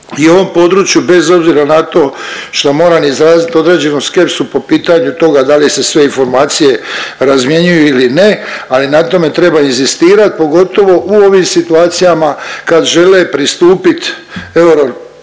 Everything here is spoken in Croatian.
i u ovom području bez obzira na to što moram izraziti određenu skepsu po pitanju toga da li je se sve informacije razmjenjuju ili ne, ali na tome treba inzistirat pogotovo u ovim situacijama kad žele pristupiti euro,